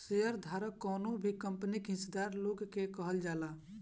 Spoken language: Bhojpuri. शेयर धारक कवनो भी कंपनी के हिस्सादार लोग के कहल जाला